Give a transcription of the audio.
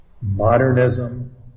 modernism